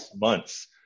months